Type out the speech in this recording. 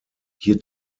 hier